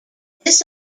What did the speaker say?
this